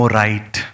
right